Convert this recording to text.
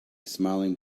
smiling